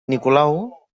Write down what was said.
nicolau